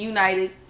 United